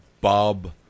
Bob